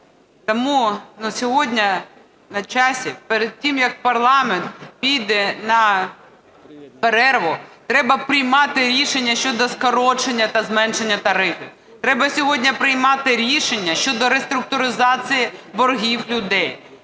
Сьогодні на часі перед тим, як парламент піде на перерву, треба приймати рішення щодо скорочення та зменшення тарифів, треба сьогодні приймати рішення щодо реструктуризації боргів людей,